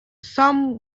some